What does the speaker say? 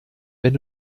wenn